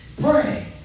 pray